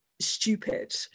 stupid